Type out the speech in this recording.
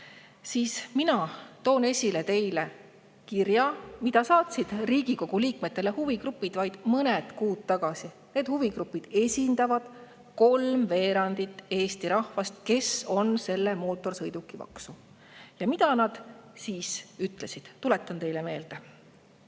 siis mina toon teile esile kirja, mille saatsid Riigikogu liikmetele huvigrupid vaid mõned kuud tagasi. Need huvigrupid esindavad kolmveerandit Eesti rahvast, kes on mootorsõidukimaksu [vastu]. Ja mida nad siis ütlesid? Tuletan teile meelde.